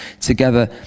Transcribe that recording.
together